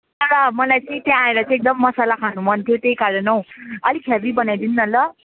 तर मलाई चाहिँ त्यहाँ आएर चाहिँ एकदम मसला खानु मन थियो त्यहीकारण हौ अलिक हेभी बनाइदिनु न ल